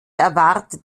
erwartet